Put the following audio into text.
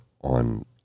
on